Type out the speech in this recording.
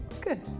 Good